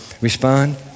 respond